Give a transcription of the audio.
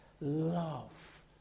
love